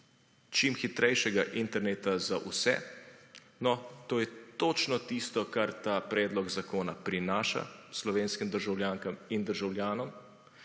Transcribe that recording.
čim hitrejšega interneta za vse. No, to je točno tisto, kar ta predlog zakona prinaša slovenskim državljankam in državljanom,